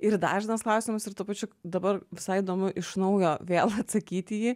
ir dažnas klausimas ir tuo pačiu dabar visai įdomu iš naujo vėl atsakyti į jį